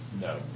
No